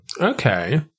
Okay